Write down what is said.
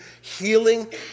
healing